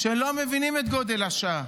שלא מבינים את גודל השעה.